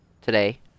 today